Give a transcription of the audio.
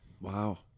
Wow